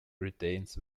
retains